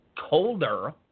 colder